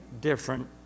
different